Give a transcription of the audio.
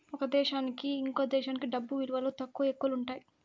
ఒక దేశానికి ఇంకో దేశంకి డబ్బు విలువలో తక్కువ, ఎక్కువలు ఉంటాయి